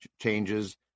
changes